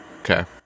Okay